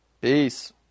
Peace